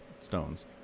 stones